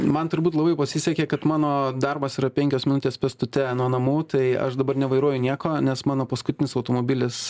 man turbūt labai pasisekė kad mano darbas yra penkios minutės pėstute nuo namų tai aš dabar nevairuoju nieko nes mano paskutinis automobilis